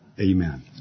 amen